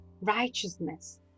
righteousness